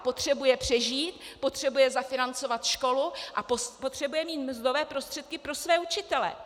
Potřebuje přežít, potřebuje zafinancovat školu a potřebuje mít mzdové prostředky pro své učitele.